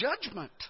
judgment